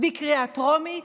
בקריאה טרומית,